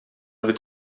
бит